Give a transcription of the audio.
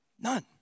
None